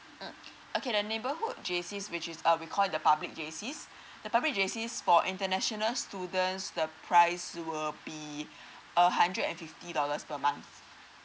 um okay the neighborhood J_C which is um we call it the public J_C the public J_C for international students the price will be a hundred and fifty dollars per month